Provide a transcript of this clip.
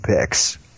picks